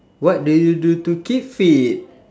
what do you do to keep fit